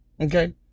okay